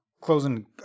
closing